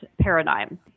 paradigm